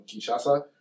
Kinshasa